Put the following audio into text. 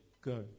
go